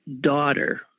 daughter